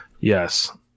Yes